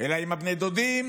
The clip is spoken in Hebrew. אלא אם בני הדודים,